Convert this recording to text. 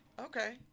Okay